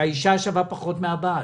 שהאישה שווה פחות מהבעל?